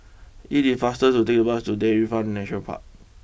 it is faster to take the bus to Dairy Farm Nature Park